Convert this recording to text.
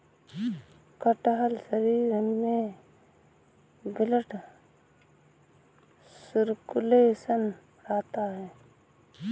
कटहल शरीर में ब्लड सर्कुलेशन बढ़ाता है